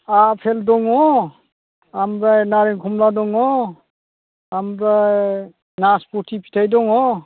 आफेल दङ ओमफ्राय नारें खमला दङ ओमफ्राय नासफथि फिथाइ दङ